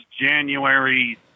January